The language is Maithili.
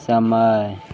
समय